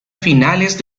finales